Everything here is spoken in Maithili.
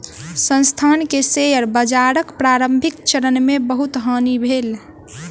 संस्थान के शेयर बाजारक प्रारंभिक चरण मे बहुत हानि भेल